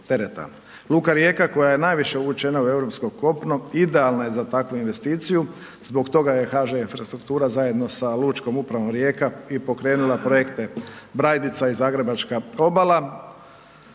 Luka Rijeka koja je najviše uvučena u europsko kopno idealna je za takvu investiciju zbog toga je HŽ Infrastruktura zajedno sa Lučkom upravom Rijeka i pokrenula Projekte Brajdica i Zagrebačka obala.